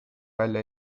välja